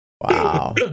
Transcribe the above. Wow